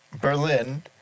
Berlin